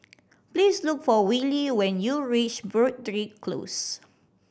please look for Willy when you reach Broadrick Close